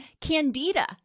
Candida